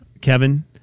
Kevin